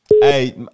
Hey